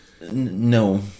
No